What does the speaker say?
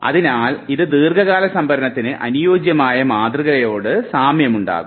അതിനാൽ ഇത് ദീർഘകാല സംഭരണത്തിന് അനുയോജ്യമായ മാതൃകയോട് സാമ്യമുണ്ടാകുന്നു